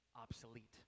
obsolete